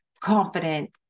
confident